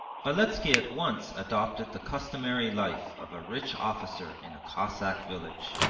beletski at once adopted the customary life of a rich officer in a cossack village.